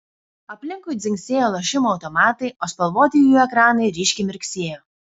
aplinkui dzingsėjo lošimo automatai o spalvoti jų ekranai ryškiai mirksėjo